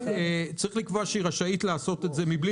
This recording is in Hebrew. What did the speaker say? צריך לקבוע שהיא רשאית לעשות את זה מבלי